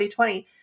2020